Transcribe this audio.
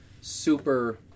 super